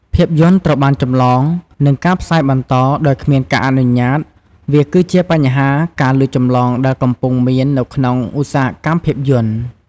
ភាពយន្តត្រូវបានចម្លង និងការផ្សាយបន្តដោយគ្មានការអនុញ្ញាត វាគឺជាបញ្ហាការលួចចម្លងដែលកំពុងមាននៅក្នុងឧស្សាហកម្មភាពយន្ត។